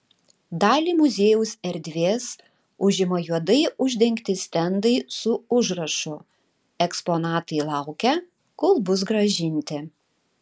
dalį muziejaus erdvės užima juodai uždengti stendai su užrašu eksponatai laukia kol bus grąžinti